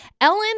Ellen